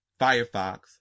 Firefox